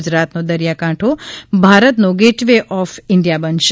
ગુજરાતનો દરિયાઇ કાંઠો ભારતનો ગેટ વે ઓફ ઇન્ડિયા બનશે